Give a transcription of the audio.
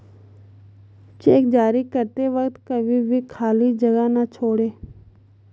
check जारी करते वक्त कभी भी खाली जगह न छोड़ें